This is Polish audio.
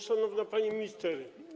Szanowna Pani Minister!